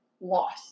lost